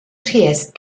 triest